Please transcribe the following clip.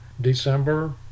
December